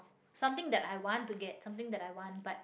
something that I want to get something that I want but